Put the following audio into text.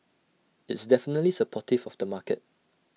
it's definitely supportive of the market